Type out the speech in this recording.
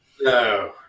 No